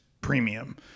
premium